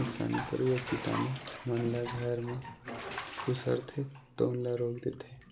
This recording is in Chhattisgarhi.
नुकसानी करइया कीटानु मन ल घर म खुसरथे तउन ल रोक देथे